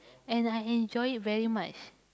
and I enjoy it very much